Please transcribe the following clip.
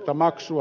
tätä maksua